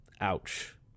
Ouch